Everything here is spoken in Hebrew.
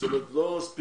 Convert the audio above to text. זאת אומרת לא ספציפי,